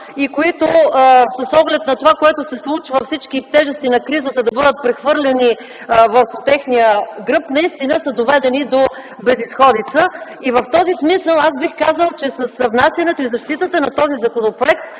и които с оглед на това, което се случва – всички тежести на кризата да бъдат прехвърлени върху техния гръб, наистина са доведени до безизходица. В този смисъл аз бих казала, че с внасянето и защитата на този законопроект